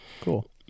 Cool